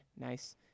Nice